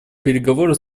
переговоры